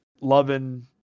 loving